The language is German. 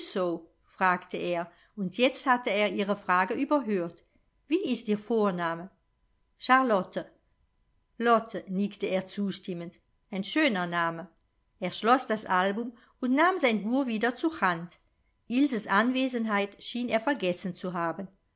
fragte er und jetzt hatte er ihre frage überhört wie ist ihr vorname charlotte lotte nickte er zustimmend ein schöner name er schloß das album und nahm sein buch wieder zur hand ilses anwesenheit schien er vergessen zu haben